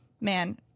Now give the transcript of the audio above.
Man